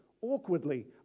awkwardly